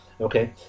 Okay